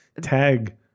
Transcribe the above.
tag